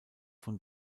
von